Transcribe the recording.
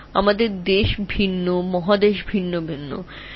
তারা ভিন্নভাবে হয় বিভিন্ন দেশ ভিন্নভাবে আছে